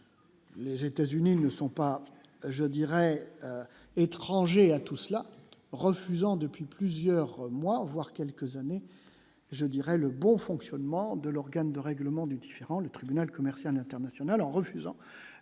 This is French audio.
les États-Unis ne sont pas je dirais étranger à tout cela, refusant depuis plusieurs mois, voire quelques années, je dirais le bon fond. Seulement de l'organe de règlement du différend, le tribunal commercial international en refusant